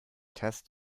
test